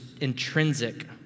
intrinsic